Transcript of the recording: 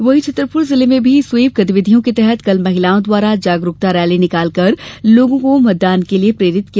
वहीं छतरपुर जिले में भी स्वीप गतिविधियों के तहत कल महिलाओं द्वारा जागरूकता रैली निकाल कर लोगों को मतदान के लिये प्रेरित किया